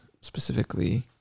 specifically